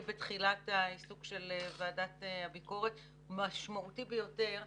בתחילת העיסוק של ועדת הביקורת משמעותית ביותר,